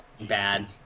bad